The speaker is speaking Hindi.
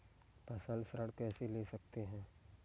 फसल ऋण कैसे ले सकते हैं?